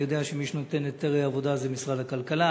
אני יודע שמי שנותן היתרי עבודה זה משרד הכלכלה.